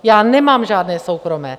Já nemám žádné soukromé!